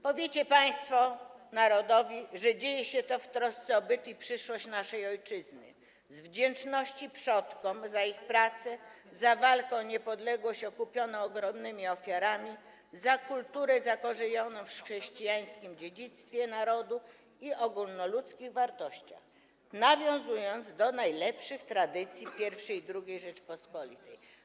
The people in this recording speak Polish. Powiecie państwo narodowi, że dzieje się to w trosce o byt i przyszłość naszej ojczyzny, z wdzięczności przodkom za ich pracę, za walkę o niepodległość okupioną ogromnymi ofiarami, za kulturę zakorzenioną w chrześcijańskim dziedzictwie narodu i ogólnoludzkich wartościach, nawiązując do najlepszych tradycji I i II Rzeczypospolitej.